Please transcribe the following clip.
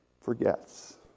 forgets